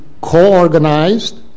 co-organized